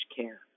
care